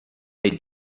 lied